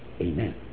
Amen